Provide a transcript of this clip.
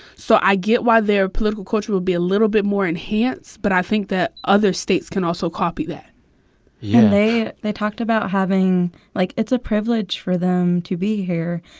so i get why their political culture would be a little bit more enhanced, but i think that other states can also copy that yeah and ah they talked about having like, it's a privilege for them to be here.